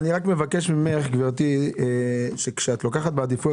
אני מבקש ממך שכאשר את לוקחת בעדיפויות,